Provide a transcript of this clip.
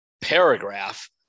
paragraph